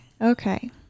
okay